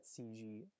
CG